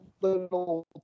little